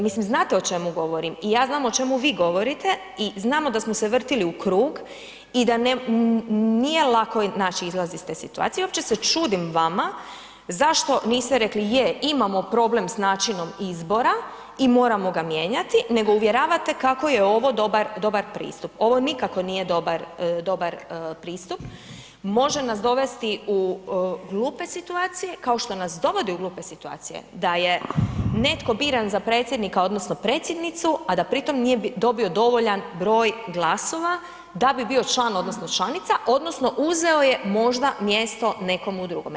Mislim znate o čemu govorim i ja znam o čemu vi govorite i znamo da smo se vrtili u krug i da nije lako naći izlaz iz te situacije, uopće se čudim vama zašto niste rekli je imamo problem s načinom izbora i moramo ga mijenjati, nego uvjeravate kako je ovo dobar pristup, ovo nikako nije dobar pristup, može nas dovesti u glupe situacije kao što nas dovodi u glupe situacije da je netko biran za predsjednika odnosno predsjednicu, a da pri tom nije dobio dovoljan broj glasova da bi bio član odnosno članica odnosno uzeo je možda mjesto nekomu drugome.